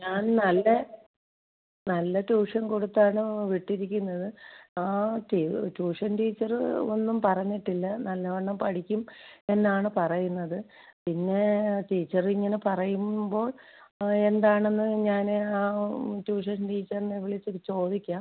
ഞാൻ നല്ല നല്ല ട്യൂഷൻ കൊടുത്താണ് വിട്ടിരിക്കുന്നത് ആ ട്യൂ ട്യൂഷൻ ടീച്ചറ് ഒന്നും പറഞ്ഞിട്ടില്ല നല്ലവണ്ണം പഠിക്കും എന്നാണ് പറയുന്നത് പിന്നെ ടീച്ചറ് ഇങ്ങനെ പറയുമ്പോൾ എന്താണെന്ന് ഞാൻ ആ ട്യൂഷൻ ടീച്ചർനെ വിളിച്ചിട്ട് ചോദിക്കാം